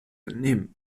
entnehmen